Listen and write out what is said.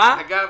אגב,